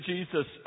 Jesus